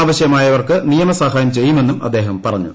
ആവശ്യമായവർക്ക് നിയമസഹായം ചെയ്യുമെന്നും അദ്ദേഹം പറഞ്ഞു